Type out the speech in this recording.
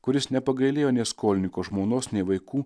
kuris nepagailėjo nė skolininko žmonos nei vaikų